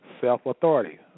self-authority